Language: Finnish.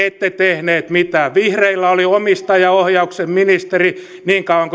ette tehneet mitään vihreillä oli omistajaohjauksen ministeri niin kauan